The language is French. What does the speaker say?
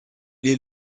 est